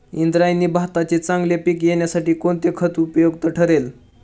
इंद्रायणी भाताचे चांगले पीक येण्यासाठी कोणते खत उपयुक्त ठरेल?